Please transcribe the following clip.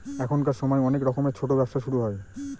এখনকার সময় অনেক রকমের ছোটো ব্যবসা শুরু হয়